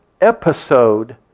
episode